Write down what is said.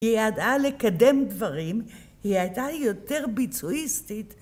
היא ידעה לקדם דברים, היא הייתה יותר ביצועיסטית.